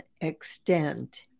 extent